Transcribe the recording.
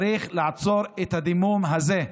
צריך לעצור את הדימום הזה.